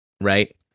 Right